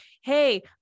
hey